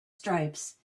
stripes